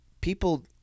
people